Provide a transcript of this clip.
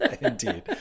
Indeed